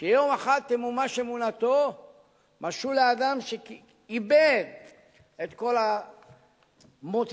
שיום אחד תמומש אמונתו משול לאדם שאיבד את כל המוטיבציה,